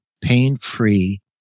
pain-free